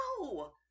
No